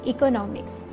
Economics